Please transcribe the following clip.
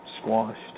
squashed